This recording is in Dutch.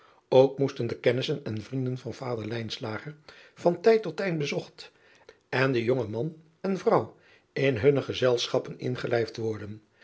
ok moesten de kennissen en vrienden van vader van tijd tot tijd bezocht en de jonge man en vrouw in hunne gezelschappen ingelijfd worden